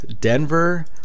denver